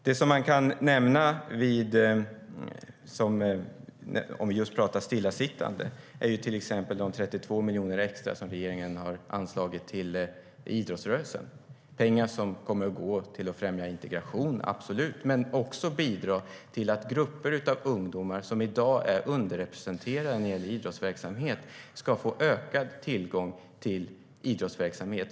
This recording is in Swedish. Det som jag kan nämna när vi talar om just stillasittande är till exempel de 32 miljoner extra som regeringen har anslagit till idrottsrörelsen. Det är pengar som absolut kommer att gå till att främja integration men som också kommer att bidra till att grupper av ungdomar som i dag är underrepresenterade när det gäller idrottsverksamhet ska få ökad tillgång till idrottsverksamhet.